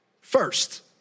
First